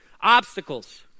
obstacles